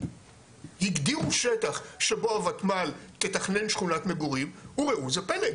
הגדירו שטח שבו הותמ"ל תתכנן שכונת מגורים וראו זה פלא,